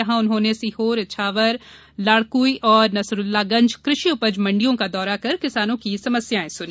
यहा उन्होंने सीहोर इछावर लाडकुई और नसरूल्लागंज कृषि उपज मंडियों का दौरा कर किसानों की समस्याए सुनी